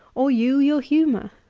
or you your humour.